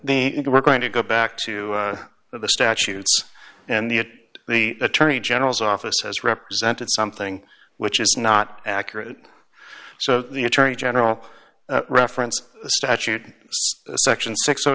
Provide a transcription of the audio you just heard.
they were going to go back to the statutes and the it the attorney general's office has represented something which is not accurate so the attorney general reference statute section six o